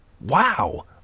Wow